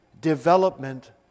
development